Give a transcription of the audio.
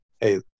Hey